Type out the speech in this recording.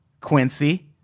Quincy